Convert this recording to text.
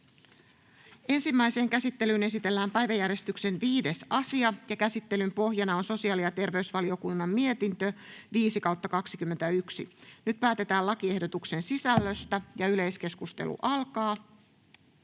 Ensimmäiseen käsittelyyn esitellään päiväjärjestyksen 5. asia. Käsittelyn pohjana on sosiaali‑ ja terveysvaliokunnan mietintö StVM 5/2021 vp. Nyt päätetään lakiehdotuksen sisällöstä. — Edustaja